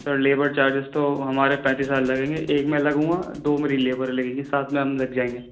سر labour charges تو ہمارے پینتیس ہزار لگیں گے ایک میں لگوں گا دو میرے لیبر لگیں گے ساتھ میں ہم لگ جائیں گے